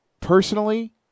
personally